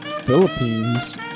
Philippines